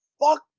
Fuck